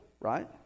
right